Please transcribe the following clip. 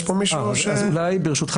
יש פה מישהו או ש --- אז אולי ברשותך,